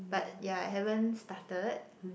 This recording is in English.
but yeah I haven't started